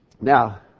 Now